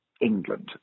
England